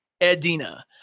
Edina